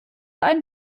ein